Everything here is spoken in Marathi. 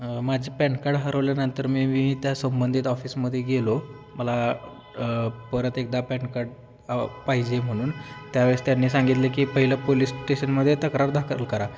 माझे पॅन कार्ड हरवल्यानंतर मी मी त्या संबंधित ऑफिसमध्ये गेलो मला परत एकदा पॅन कार्ड पाहिजे म्हणून त्यावेळेस त्यांनी सांगितले की पहिलं पोलीस स्टेशनमध्ये तक्रार दाखल करा